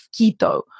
keto